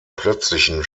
plötzlichen